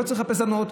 לא צריך לחפש הנאות,